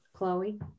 Chloe